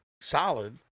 solid